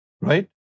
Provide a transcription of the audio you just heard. right